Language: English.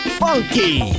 funky